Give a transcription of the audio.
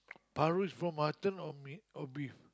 paru is from mutton or meat or beef